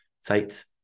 sites